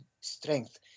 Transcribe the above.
strength